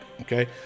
okay